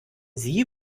sie